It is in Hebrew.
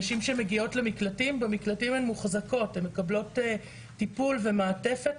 נשים שמגיעות למקלטים הן מוחזקות בהם והן מקבלות את המעטפת בפנים,